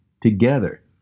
together